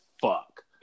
fuck